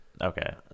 Okay